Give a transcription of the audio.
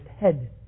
head